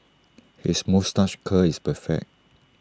his moustache curl is perfect